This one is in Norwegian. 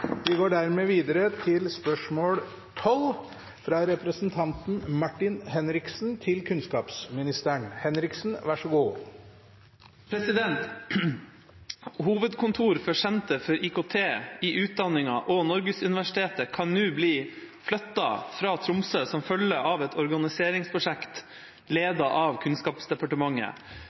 for Senter for IKT i utdanningen og Norgesuniversitetet kan nå bli flyttet fra Tromsø som følge av et organiseringsprosjekt ledet av Kunnskapsdepartementet.